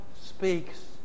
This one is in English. speaks